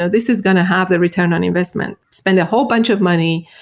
so this is going to have the return on investment, spend a whole bunch of money,